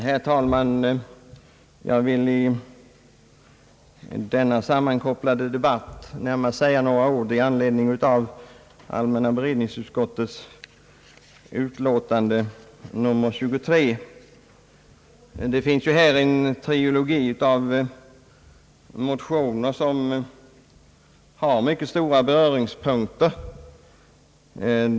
Herr talman! Jag vill i denna sammankopplade debatt närmast säga några ord i anledning av allmänna beredningsutskottets utlåtande nr 23. Det finns här en trilogi av motioner som har mycket stora beröringspunkter med varandra.